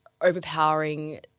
overpowering